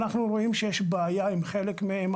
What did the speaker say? אנחנו רואים שיש בעיה עם חלק מהם,